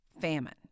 famine